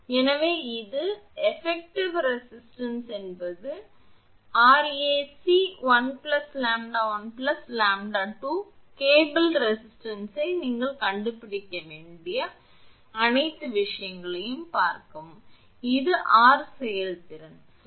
எனவே எனவே இது effective 𝑅𝑎𝑐 1 𝜆1 𝜆2 கேபிள் எதிர்ப்பைப் பெற நீங்கள் கண்டுபிடிக்க வேண்டிய அனைத்து விஷயங்களையும் பார்க்கவும் இது ஆர் செயல்திறன் மிக்கது 𝑅𝑒𝑓𝑓